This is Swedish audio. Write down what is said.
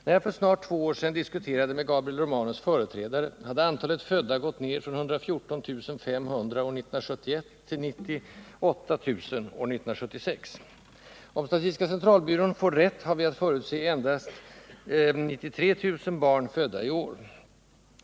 När jag för snart två år sedan diskuterade med Gabriel Romanus företrädare hade antalet födda gått ned från 114 500 år 1971 till 98 000 år 1976. Om statistiska centralbyrån får rätt har vi att förutse endast 93 000 barn födda i år.